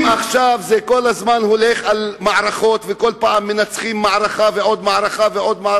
אם עכשיו זה כל הזמן הולך על מערכות וכל פעם מנצחים מערכה ועוד מערכה,